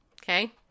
okay